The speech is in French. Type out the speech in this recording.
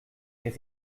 est